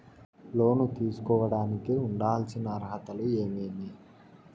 లోను తీసుకోడానికి ఉండాల్సిన అర్హతలు ఏమేమి?